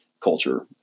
culture